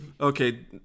Okay